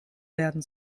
werden